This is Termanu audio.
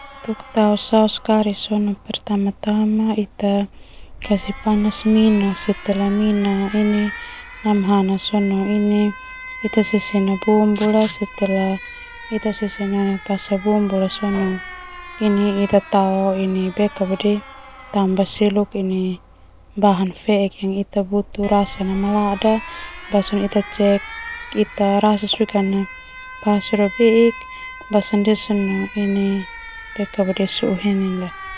Kasih panas mina namahana sesena bumbu ita tao tambah bahan feek butuh rasa malada pas sona sou heni.